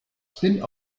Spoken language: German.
spin